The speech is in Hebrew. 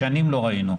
שנים לא ראינו זאת.